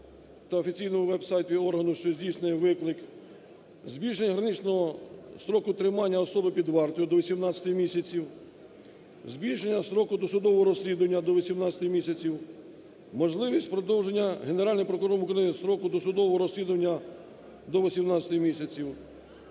та офіційного веб-сайту органу, що здійснює виклик. Збільшення граничного строку тримання особи під вартою до 18 місяців, збільшення строку досудового розслідування до 18 місяців, можливість продовження Генеральним прокурором України строку досудового розслідування до 18 місяців.